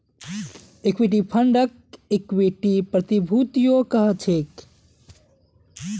equity फंडक equity प्रतिभूतियो कह छेक